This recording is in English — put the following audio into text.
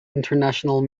international